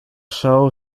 show